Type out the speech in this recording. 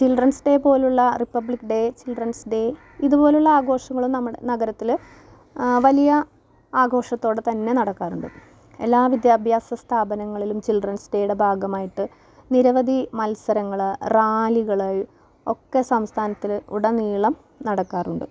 children's day പോലെയുള്ള republic day children's day ഇത് പോലുള്ള ആഘോഷങ്ങളും നമ്മുടെ നഗരത്തില് വലിയ ആഘോഷത്തോടെ തന്നെ നടക്കാറുണ്ട് എല്ലാ വിദ്യാഭ്യാസ സ്ഥാപനങ്ങളിലും ചിൽഡ്രൻസ് ഡേയുടെ ഭാഗമായിട്ട് നിരവധി മത്സരങ്ങൾള് റാലികള് ഒക്കെ സംസ്ഥാനത്തില് ഉടനീളം നടക്കാറുണ്ട്